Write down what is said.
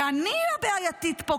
ואני הבעייתית פה,